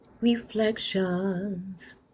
Reflections